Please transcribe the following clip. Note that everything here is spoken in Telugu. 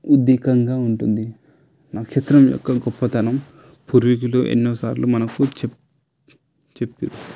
ఉద్దికంగా ఉంటుంది నక్షత్రం యొక్క గొప్పతనం పూర్వీకులు ఎన్నోసార్లు మనకు చెప్పారు చెప్పి